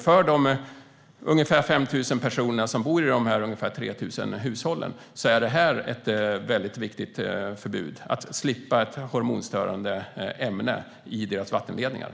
För de ungefär 5 000 personer som bor i dessa ungefär 3 000 hushåll är det här ett viktigt förbud som gör att de slipper ett hormonstörande ämne i vattenledningarna.